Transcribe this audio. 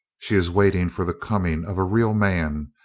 she is waiting for the coming of a real man,